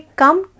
come